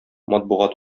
матбугат